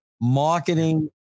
Marketing